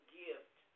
gift